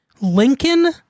Lincoln